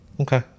Okay